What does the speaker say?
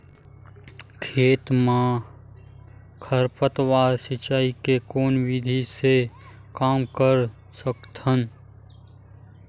खेत म खरपतवार सिंचाई के कोन विधि से कम कर सकथन?